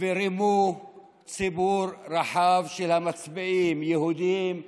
ורימו ציבור רחב של מצביעים, יהודים וערבים.